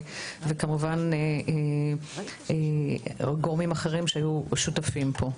וכמובן גורמים אחרים שהיו שותפים פה.